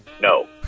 No